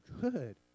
Good